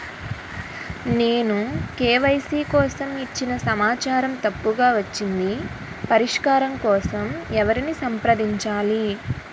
నేను కే.వై.సీ కోసం ఇచ్చిన సమాచారం తప్పుగా వచ్చింది పరిష్కారం కోసం ఎవరిని సంప్రదించాలి?